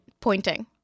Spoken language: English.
pointing